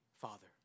Father